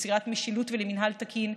ליצירת משילות ולמינהל תקין,